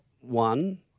one